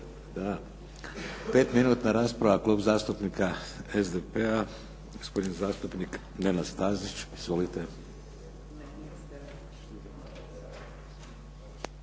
minutna rasprava, klub zastupnika SDP-a, gospodin zastupnik Nenad Stazić. Izvolite.